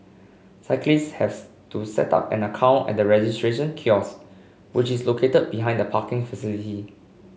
cyclists has to set up an account at the registration kiosks which is located behind the parking facility